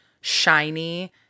shiny